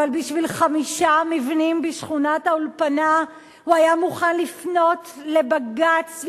אבל בשביל חמישה מבנים בשכונת-האולפנה הוא היה מוכן לפנות לבג"ץ,